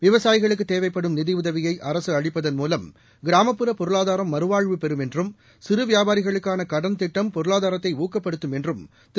விவசாயிகளுக்கு தேவைப்படும் நிதியுதவியை அரசு அளிப்பதன் மூலம் கிராமப்புற பொருளாதாரம் மறுவாழ்வு பெறும் என்றும் சிறு வியாபாரிகளுக்கான கடன் திட்டம் பொருளாதாரத்தை ஊக்கப்படுத்தும் என்றும் திரு